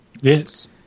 Yes